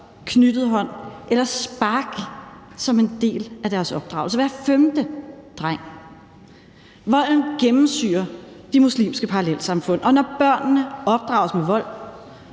knyttet hånd eller spark som en del af deres opdragelse – hver femte dreng. Volden gennemsyrer de muslimske parallelsamfund. Og når børnene opdrages med vold,